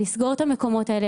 לסגור את המקומות האלה.